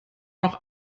noch